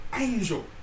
angel